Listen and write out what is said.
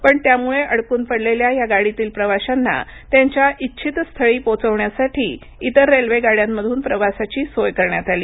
पणत्यामुळेअडकून पडलेल्या या गाडीतील प्रवाशांना त्यांच्याइच्छित स्थळीपोहोचण्यासाठी इतर रेल्वेगाड्यांमधून प्रवासाची सोय करण्यात आली